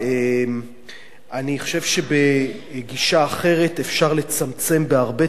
אני חושב שבגישה אחרת אפשר לצמצם בהרבה את הבעיה,